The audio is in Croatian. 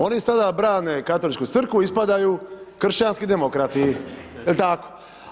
Oni sada brane Katoličku crkvu, ispadaju kršćanski demokrati, jel tako?